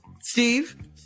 Steve